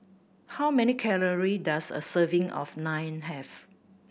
how many calorie does a serving of Naan have